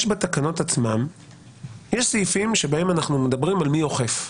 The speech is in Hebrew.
יש בתקנות עצמן סעיפים בהם אנחנו מדברים על מי אוכף.